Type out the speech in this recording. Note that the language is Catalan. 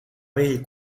vell